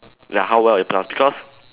like how well you pass because